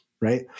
right